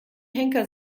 henker